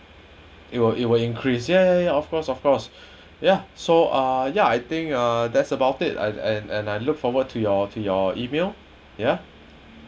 it will it will increase yeuh yeah yeah of course of course ya so uh yeah I think uh that's about it and and and I look forward to your to your email ya